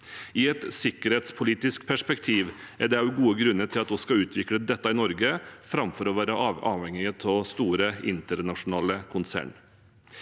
I et sikkerhetspolitisk perspektiv er det også gode grunner til at vi skal utvikle dette i Norge framfor å være avhengige av store internasjonale konserner.